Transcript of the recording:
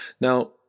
Now